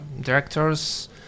directors